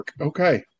Okay